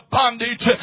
bondage